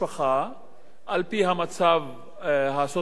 על-פי המצב הסוציו-אקונומי שלה,